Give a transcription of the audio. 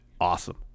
awesome